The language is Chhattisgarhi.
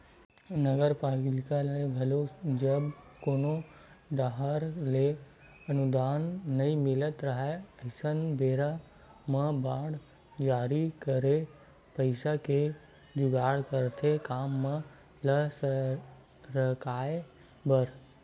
नगरपालिका ल घलो जब कोनो डाहर ले अनुदान नई मिलत राहय अइसन बेरा म बांड जारी करके पइसा के जुगाड़ करथे काम मन ल सरकाय बर